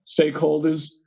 stakeholders